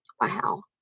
wow